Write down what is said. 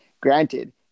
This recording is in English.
granted